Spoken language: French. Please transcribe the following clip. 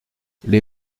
les